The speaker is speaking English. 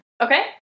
Okay